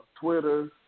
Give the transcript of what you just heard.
Twitter